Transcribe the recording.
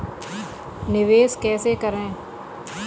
निवेश कैसे करें?